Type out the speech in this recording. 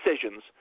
decisions